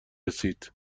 رسید